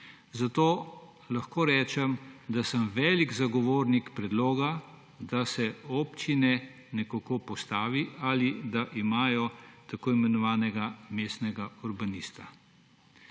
Zato lahko rečem, da sem velik zagovornik predloga, da se občine nekako postavi ali da imajo tako imenovanega mestnega urbanista.